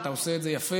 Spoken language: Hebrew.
ואתה עושה את זה יפה.